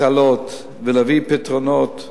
להתעלות ולהביא פתרונות,